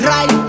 Right